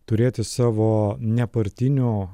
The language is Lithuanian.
turėti savo nepartinių